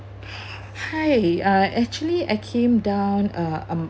hi uh actually I came down uh